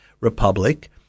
republic